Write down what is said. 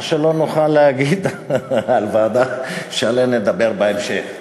מה שלא נוכל להגיד על ועדה שעליה נדבר בהמשך,